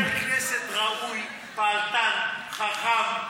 הוא חבר כנסת ראוי, פעלתן, חכם,